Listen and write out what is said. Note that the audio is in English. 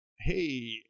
hey